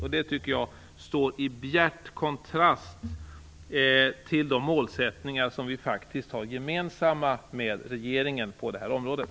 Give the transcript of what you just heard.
Jag tycker att det står i bjärt kontrast mot de målsättningar som vi faktiskt har gemensamma med regeringen på det här området.